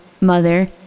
mother